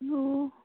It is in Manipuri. ꯑꯣ